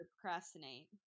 procrastinate